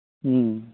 ᱦᱮᱸ